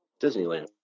Disneyland